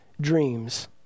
dreams